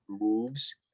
moves